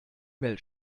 mail